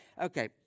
Okay